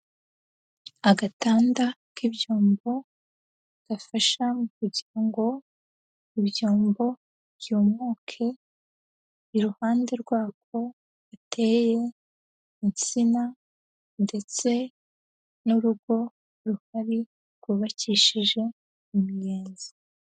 Agatanda k'ibyombo gafasha mu kugira ngo ibyombo byumuke, iruhande rwako hateye insina ndetse n'urugo ruhari rwubakishije imiyenzi.